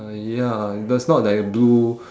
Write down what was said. uh ya that's not like blue